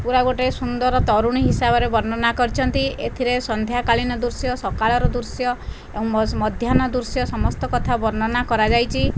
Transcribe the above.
ପୁରା ଗୋଟିଏ ସୁନ୍ଦର ତରୁଣୀ ହିସାବରେ ବର୍ଣ୍ଣନା କରିଛନ୍ତି ଏଥିରେ ସନ୍ଧ୍ୟାକାଳୀନ ଦୃଶ୍ୟ ସକାଳର ଦୃଶ୍ୟ ମାଧ୍ୟାନ୍ନ ଦୃଶ୍ୟ ସମସ୍ତ କଥା ବର୍ଣ୍ଣନା କରାଯାଇଛି